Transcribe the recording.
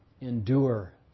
endure